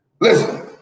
Listen